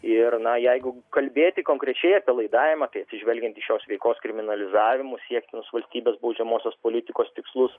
ir na jeigu kalbėti konkrečiai apie laidavimą tai atsižvelgiant į šios veikos kriminalizavimu siektinus valstybės baudžiamosios politikos tikslus